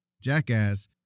Jackass